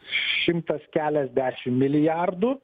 šimtas keliasdešimt milijardų